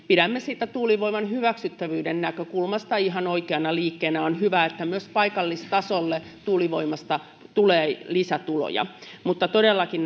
pidämme tuulivoiman hyväksyttävyyden näkökulmasta ihan oikeana liikkeenä on hyvä että myös paikallistasolle tuulivoimasta tulee lisätuloja mutta todellakin